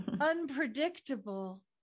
unpredictable